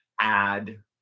add